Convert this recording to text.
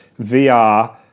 VR